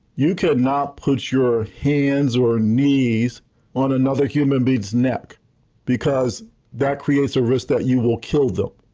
you cannot put your hands or knees on another human being's neck because that creates a risk that you will kill them.